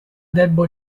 debbo